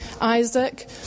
Isaac